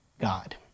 God